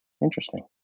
Interesting